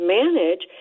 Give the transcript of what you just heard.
manage